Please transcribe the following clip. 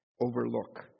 overlook